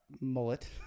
Mullet